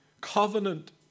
covenant